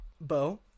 Bo